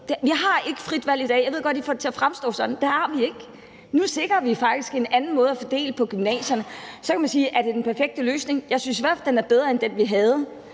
i dag – det har vi ikke. Jeg ved godt, at I får det til at fremstå sådan, men det har vi ikke. Nu sikrer vi faktisk en anden måde at fordele elever til gymnasierne. Og så kan man sige: Er det den perfekte løsning? Jeg synes i hvert fald, den er bedre end den, vi havde.